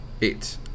Eight